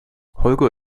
holger